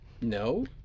No